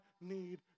need